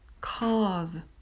cause